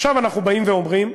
עכשיו אנחנו באים ואומרים: